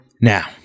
Now